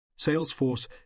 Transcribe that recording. Salesforce